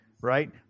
right